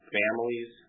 families